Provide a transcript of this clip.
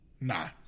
Nah